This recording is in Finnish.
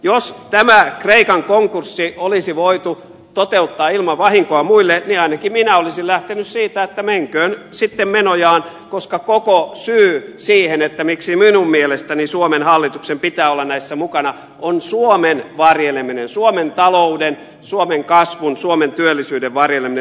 jos tämä kreikan konkurssi olisi voitu toteuttaa ilman vahinkoa muille niin ainakin minä olisin lähtenyt siitä että menköön sitten menojaan koska koko syy siihen miksi minun mielestäni suomen hallituksen pitää olla näissä mukana on suomen varjeleminen suomen talouden suomen kasvun suomen työllisyyden varjeleminen